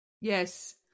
Yes